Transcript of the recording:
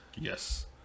Yes